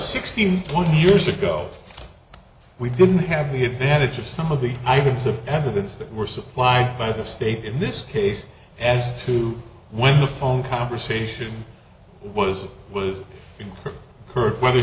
point years ago we didn't have the advantage of some of the items of evidence that were supplying by the state in this case as to when the phone conversation was with her whether